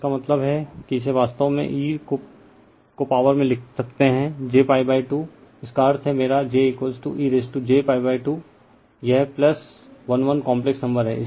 इसका मतलब है कि इसे वास्तव में e को पॉवर में लिख सकते हैं j π2 इसका अर्थ हैमेरा j e j π2 यह 11 काम्प्लेक्स नंबर है